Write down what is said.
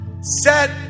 set